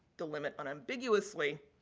delimit unambiguously.